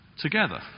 together